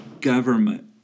government